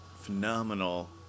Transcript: Phenomenal